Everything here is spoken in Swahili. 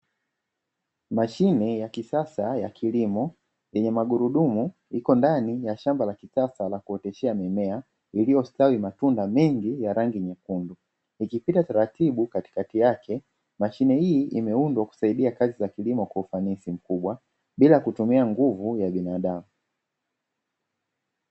Mashine ya kisasa ya kilimo yenye magurudumu iko ndani ya shamba la kisasa la kuoteshea mimea lililostawi matunda mengi ya rangi nyekundu ikipita taratibu katikati yake, mashine hii imeundwa kusaidia kazi za kilimo kwa ufanisi mkubwa bila kutumia nguvu ya binadamu.